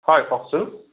হয় কওকচোন